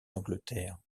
d’angleterre